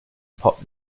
pop